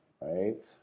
right